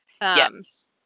Yes